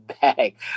bag